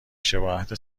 شباهت